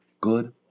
good